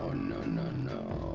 no, no, no.